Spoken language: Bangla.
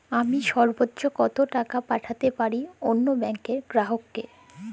আমি সর্বোচ্চ কতো টাকা পাঠাতে পারি অন্য ব্যাংকের গ্রাহক কে?